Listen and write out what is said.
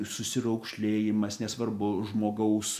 susiraukšlėjimas nesvarbu žmogaus